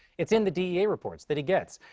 it's in the dea reports that he gets.